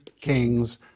kings